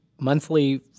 monthly